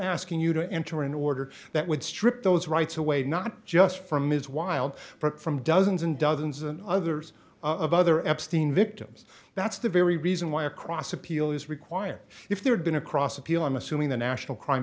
asking you to enter an order that would strip those rights away not just from ms wilde but from dozens and dozens and others of other eppstein victims that's the very reason why across appeal is required if they're going across appeal i'm assuming the national crime